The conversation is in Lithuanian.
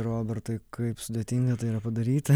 robertai kaip sudėtinga tai yra padaryti